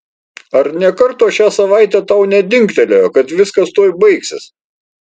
ar nė karto šią savaitę tau nedingtelėjo kad viskas tuoj baigsis